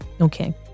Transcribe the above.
okay